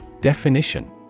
Definition